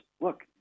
Look